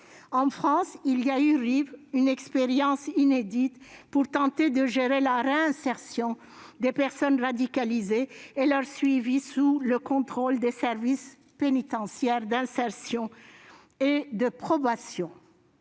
extrémistes », ou RIVE, expérience inédite pour tenter de gérer la réinsertion des personnes radicalisées et leur suivi sous le contrôle des services pénitentiaires d'insertion et de probation.